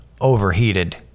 overheated